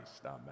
Amen